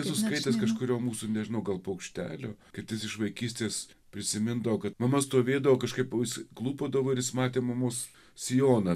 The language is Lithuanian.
esu skaitęs kažkurio mūsų nežinau gal paukštelio kirtis iš vaikystės prisimindavo kad mama stovėdavo kažkaip o jis klūpodavo ir jis matė mamos sijoną